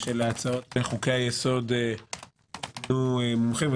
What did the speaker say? הוזמנו מומחים.